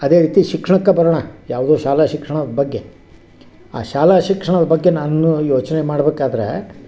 ಅದೇ ರೀತಿ ಶಿಕ್ಷಣಕ್ಕೆ ಬರೋಣ ಯಾವುದು ಶಾಲಾ ಶಿಕ್ಷಣದ ಬಗ್ಗೆ ಆ ಶಾಲಾ ಶಿಕ್ಷಣದ ಬಗ್ಗೆ ನಾನು ಯೋಚನೆ ಮಾಡಬೇಕಾದ್ರೆ